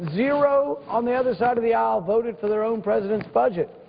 zero on the other side of the aisle voted for their own president's budget.